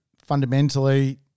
Fundamentally